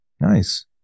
Nice